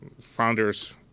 founders